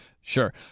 Sure